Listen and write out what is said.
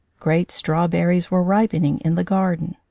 great strawberries were ripening in the garden.